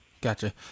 Gotcha